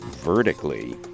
vertically